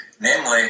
Namely